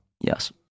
Yes